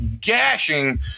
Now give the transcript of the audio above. gashing